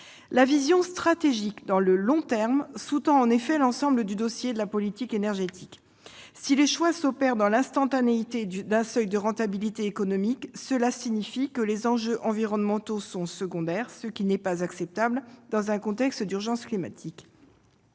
La vision stratégique de long terme sous-tend l'ensemble du dossier de la politique énergétique. Si les choix s'opèrent dans l'instantanéité d'un seuil de rentabilité économique, cela signifie que les enjeux environnementaux sont secondaires, ce qui n'est pas acceptable dans un contexte d'urgence climatique.